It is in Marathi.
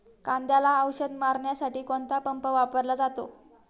कांद्याला औषध मारण्यासाठी कोणता पंप वापरला जातो?